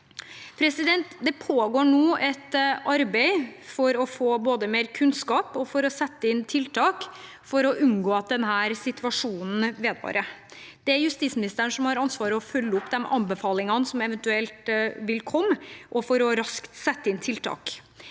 nevnte. Det pågår nå et arbeid både for å få mer kunnskap og for å sette inn tiltak for å unngå at denne situasjonen vedvarer. Det er justisministeren som har ansvaret for å følge opp de anbefalingene som eventuelt vil komme, og for raskt å sette inn tiltak.